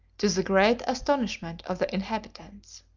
to the great astonishment of the inhabitants.